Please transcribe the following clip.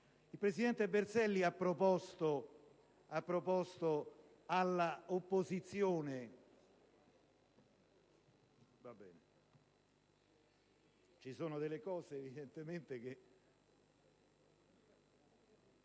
Il presidente Berselli ha proposto all'opposizione